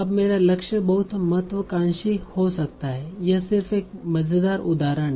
अब मेरा लक्ष्य बहुत महत्वाकांक्षी हो सकता है यह सिर्फ एक मजेदार उदाहरण है